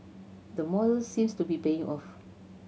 the model seems to be paying off